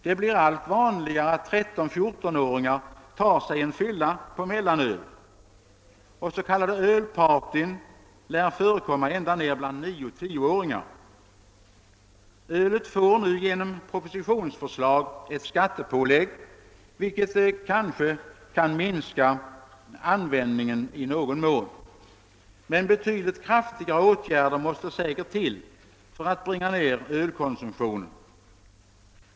Det blir allt vanligare att 13—14-åringar tar sig en fylla på mellanöl, och s.k. ölpartyn lär förekomma ända ner bland 9—10-åringar. Ölet får nu genom propositionsförslag ett skattepålägg, vilket kanske kan minska användningen i någon mån. Men betydligt kraftigare åtgärder måste säkert till för att bringa ner ölkonsumtionen.